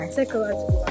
Psychological